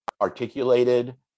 articulated